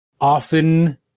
Often